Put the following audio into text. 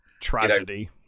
Tragedy